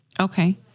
Okay